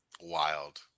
Wild